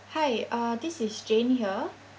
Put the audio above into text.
hi uh this is jane here